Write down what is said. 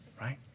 right